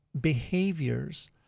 behaviors